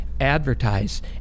advertise